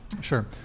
Sure